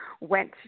went